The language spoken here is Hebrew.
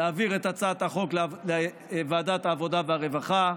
להעביר את הצעת החוק לוועדת העבודה והרווחה,